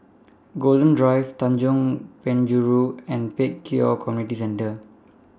Golden Drive Tanjong Penjuru and Pek Kio Community Centre